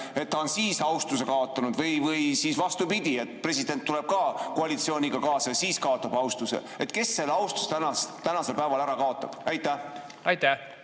ta on austuse kaotanud? Või siis on vastupidi, et president tuleb ka koalitsiooniga kaasa ja siis kaotab austuse? Kes selle austuse siis täna ära kaotab? Suur